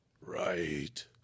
Right